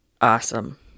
Awesome